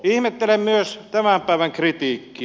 ihmettelen myös tämän päivän kritiikkiä